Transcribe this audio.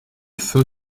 feu